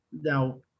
Now